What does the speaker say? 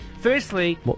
Firstly